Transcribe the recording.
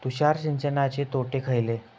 तुषार सिंचनाचे तोटे खयले?